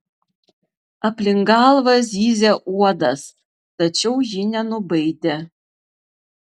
aplink galvą zyzė uodas tačiau ji nenubaidė